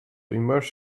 immerse